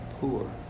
poor